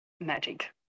magic